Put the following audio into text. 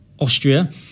Austria